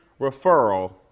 referral